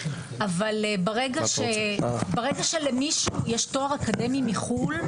אבל ברגע שלמישהו יש תואר אקדמי מחו"ל,